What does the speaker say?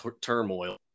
turmoil